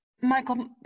Michael